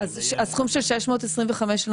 הסכום של 625,000,